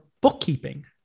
bookkeeping